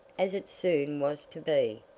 as it soon was to be,